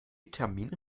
termine